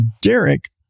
Derek